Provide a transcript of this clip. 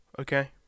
Okay